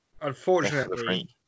Unfortunately